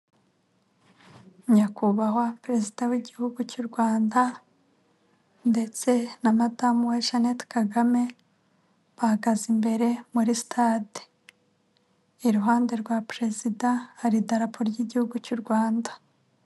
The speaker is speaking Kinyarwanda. Nyakubahwa perezida w'igihugu cy'u Rwanda ndetse na madamu we Jeannette Kagame bahagaze imbere muri sItade iruhande rwa perezida hari idarapo ry'igihugu cy'u Rwanda.